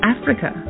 Africa